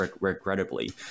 regrettably